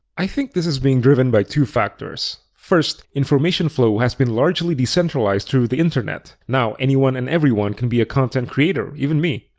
i think this is being driven by two factors. first, information flow has been largely decentralized through the internet. now anyone and everyone can be a content creator, even me.